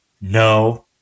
No